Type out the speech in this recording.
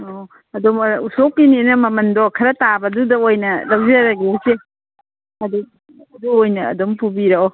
ꯑꯣ ꯎꯁꯣꯞꯀꯤꯅꯤꯅ ꯃꯃꯜꯗꯣ ꯈꯔ ꯇꯥꯕꯗꯨꯗ ꯑꯣꯏꯅ ꯂꯧꯖꯔꯒꯦ ꯏꯆꯦ ꯑꯗꯨ ꯑꯗꯨ ꯑꯣꯏꯅ ꯑꯗꯨꯝ ꯄꯨꯕꯤꯔꯛꯑꯣ